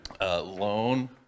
loan